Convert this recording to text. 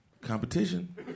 competition